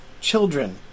Children